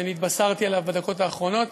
שהתבשרתי עליו בדקות האחרונות.